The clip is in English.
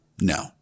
No